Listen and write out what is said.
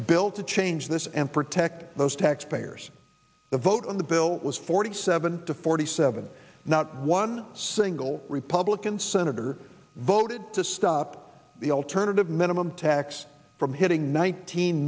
a bill to change this and protect those tax payers a vote on the bill was forty seven to forty seven not one single republican senator voted to stop the alternative minimum tax from hitting nineteen